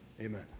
Amen